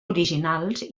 originals